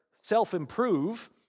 self-improve